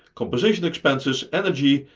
compensation expenses, energy,